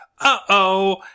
uh-oh